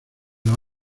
los